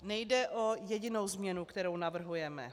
Nejde o jedinou změnu, kterou navrhujeme.